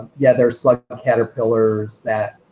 yeah, there are slug caterpillars that.